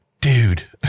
dude